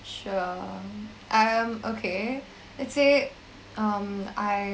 sure I am okay let's say um I